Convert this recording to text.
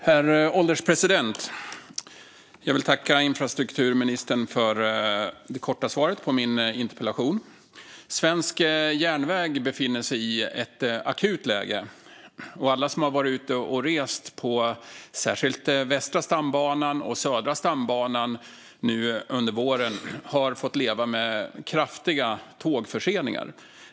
Herr ålderspresident! Jag vill tacka infrastrukturministern för det korta svaret på min interpellation. Svensk järnväg befinner sig i ett akut läge. Alla som har varit ute och rest nu under våren, särskilt på Västra stambanan och Södra stambanan, har fått leva med kraftiga tågförseningar.